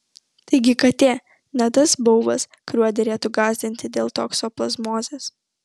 taigi katė ne tas baubas kuriuo derėtų gąsdinti dėl toksoplazmozės